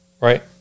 Right